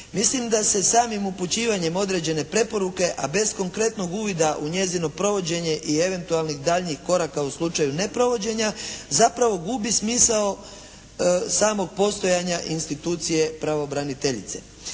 Mislim da se samim upućivanjem određene preporuke, a bez konkretnog uvida u njezino provođenje i eventualnih daljnjih koraka u slučaju neprovođenja zapravo gubi smisao samog postojanja institucije pravobraniteljice.